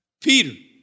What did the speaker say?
Peter